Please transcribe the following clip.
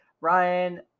Ryan